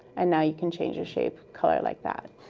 and now you can change your shape color like that.